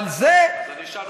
אבל זה, אז אני אשאל עוד שאלה.